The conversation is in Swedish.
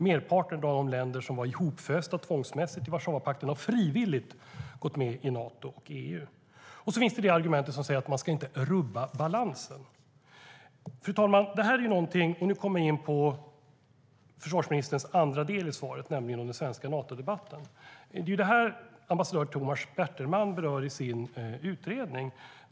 Merparten av de länder som var hopfösta tvångsmässigt i Warszawapakten har frivilligt gått med i Nato och EU. Så finns argumentet som säger att man inte ska rubba balansen. Fru talman, nu kommer vi in på försvarsministerns andra del i svaret, nämligen om den svenska Natodebatten, och det är det som ambassadör Tomas Bertelman berör i sin utredning.